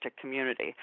community